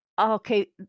okay